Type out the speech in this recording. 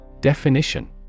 Definition